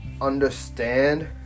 understand